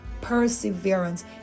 perseverance